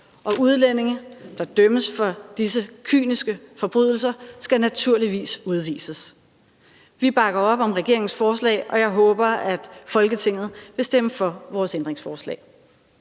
Og udlændinge, der dømmes for disse kyniske forbrydelser, skal naturligvis udvises. Vi bakker op om regeringens forslag, og jeg håber, at Folketinget vil stemme for vores ændringsforslag.